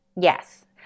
Yes